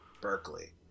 berkeley